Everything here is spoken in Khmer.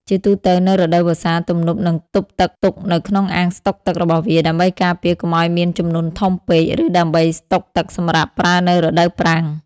ជាទូទៅ នៅរដូវវស្សា ទំនប់នឹងទប់ទឹកទុកនៅក្នុងអាងស្តុកទឹករបស់វា ដើម្បីការពារកុំឱ្យមានជំនន់ធំពេក ឬដើម្បីស្តុកទឹកសម្រាប់ប្រើនៅរដូវប្រាំង។